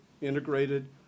integrated